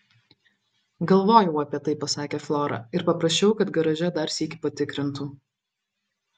galvojau apie tai pasakė flora ir paprašiau kad garaže dar sykį patikrintų